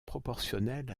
proportionnelle